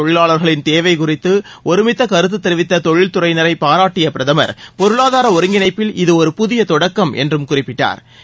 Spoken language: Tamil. தொழிலாளர்களின் தேவை ஒருமித்த தெரிவித்த அமைப்பு சாரா குறித்த கருத்த தொழில்துறையினரை பாராட்டிய பிரதம் பொருளாதார ஒருங்கிணைப்பில் இது ஒரு புதிய தொடக்கம் என்றும் குறிப்பிட்டாா்